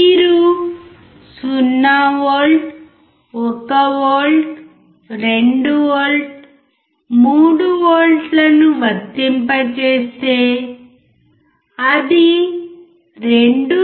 మీరు 0V 1V 2V 3V ను వర్తింపజేస్తే అది 2